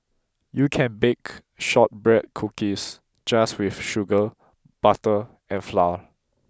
you can bake shortbread cookies just with sugar butter and flour